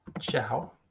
ciao